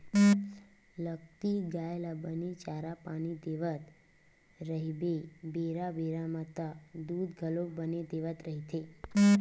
लगती गाय ल बने चारा पानी देवत रहिबे बेरा बेरा म त दूद घलोक बने देवत रहिथे